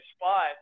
spot